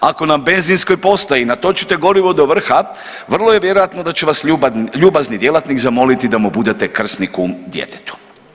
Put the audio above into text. Ako na benzinskoj postaji natočite gorivo do vrha vrlo je vjerojatno da će vas ljubazni djelatnik zamoliti da mu budete krsni kum djetetu.